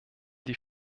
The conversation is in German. die